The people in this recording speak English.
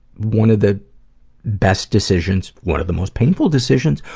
one of the best decisions, one of the most painful decisions,